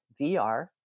VR